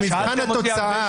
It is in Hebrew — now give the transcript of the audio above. במבחן התוצאה,